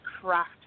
craft